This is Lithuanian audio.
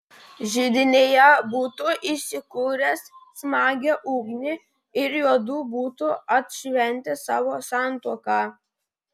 židinyje būtų įkūręs smagią ugnį ir juodu būtų atšventę savo santuoką